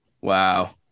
Wow